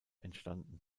entstanden